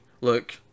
look